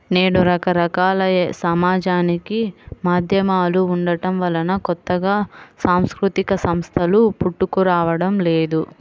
నేడు రకరకాల సామాజిక మాధ్యమాలు ఉండటం వలన కొత్తగా సాంస్కృతిక సంస్థలు పుట్టుకురావడం లేదు